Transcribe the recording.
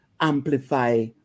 amplify